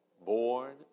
Born